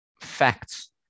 facts